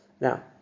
Now